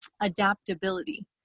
adaptability